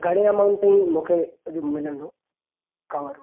घणे अमाउंट जो मूंखे अॼु मिलंदो कवर